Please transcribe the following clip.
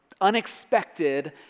unexpected